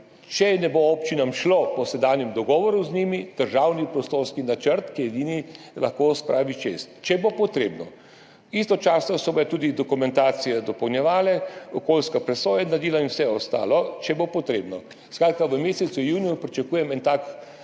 če ne bo občinam šlo po sedanjem dogovoru z njimi, državni prostorski načrt, ki edini lahko spravi skozi. Če bo potrebno. Istočasno se bodo tudi dokumentacije dopolnjevale, okoljska presoja naredila in vse ostalo, če bo potrebno. Skratka, v mesecu juniju pričakujem en tak